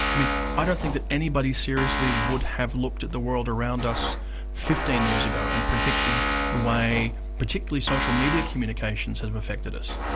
i mean i don't think that anybody seriously would have looked at the world around us fifteen years ago and predicted the way particularly social media communications have affected us.